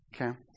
Okay